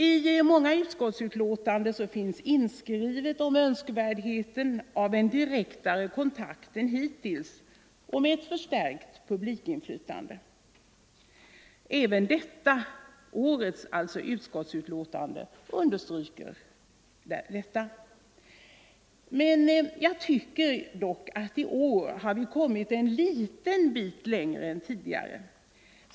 I många utskottsbetänkanden finns inskrivet önskvärdheten av en direktare kontakt än hittills och ett förstärkt publikinflytande. Även det utskottsbetänkande vi behandlar i dag understryker detta. Men jag tycker dock att i år har vi kommit en liten bit längre än tidigare.